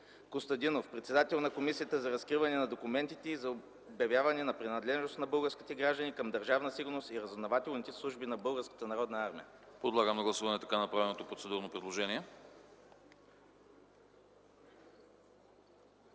Костадинов, председател на Комисията за разкриване на документите и за обявяване на принадлежност на български граждани към Държавна сигурност и разузнавателните служби на Българската народна армия. ПРЕДСЕДАТЕЛ АНАСТАС АНАСТАСОВ: Подлагам на гласуване така направеното процедурно предложение.